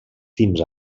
fins